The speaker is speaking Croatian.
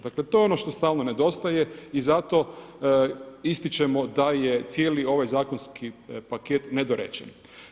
Dakle to je ono što stalno nedostaje i zato ističemo da je cijeli ovaj zakonski paket nedorečen.